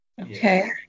okay